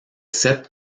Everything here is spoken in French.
sept